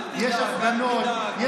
יש הפגנות.